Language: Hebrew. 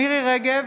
נגד מירי מרים רגב,